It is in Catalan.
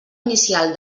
inicial